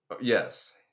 Yes